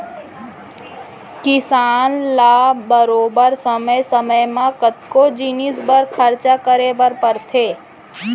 किसान ल बरोबर समे समे म कतको जिनिस बर खरचा करे बर परथे